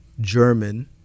German